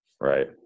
Right